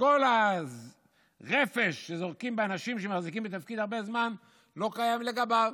וכל הרפש שזורקים באנשים שמחזיקים בתפקיד הרבה זמן לא קיים לגביו?